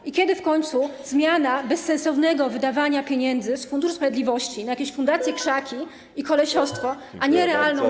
I kiedy w końcu zmiana bezsensownego wydawania pieniędzy z Funduszu Sprawiedliwości na jakieś fundacje krzaki i kolesiostwo, a nie realną pomoc?